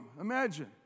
imagine